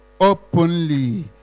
openly